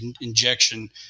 injection